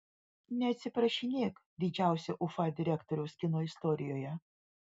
neatsiprašinėk didžiausio ufa direktoriaus kino istorijoje